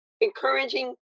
encouraging